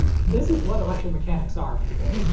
this is what electromechanics are, people.